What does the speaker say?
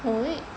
oh eh